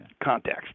context